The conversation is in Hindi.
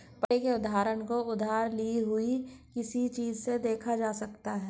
पट्टे के उदाहरण को उधार ली हुई किसी चीज़ से देखा जा सकता है